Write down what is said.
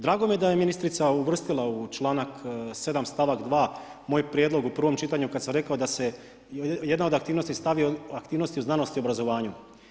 Drago mi je da je ministrica uvrstila u članak 7. stavak 2. moj prijedlog u prvom čitanju kada sam rekao da se jedna od aktivnosti stavi aktivnosti u znanosti i obrazovanju.